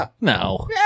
No